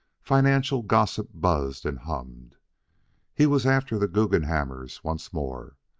financial gossip buzzed and hummed he was after the guggenhammers once more.